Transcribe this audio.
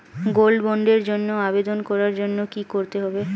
Gold বন্ডের জন্য আবেদন করার জন্য কি করতে হবে?